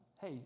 hey